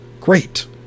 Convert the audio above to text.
great